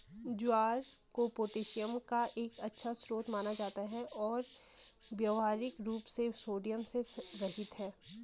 ज्वार को पोटेशियम का एक अच्छा स्रोत माना जाता है और व्यावहारिक रूप से सोडियम से रहित है